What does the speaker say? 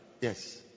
Yes